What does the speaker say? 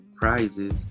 prizes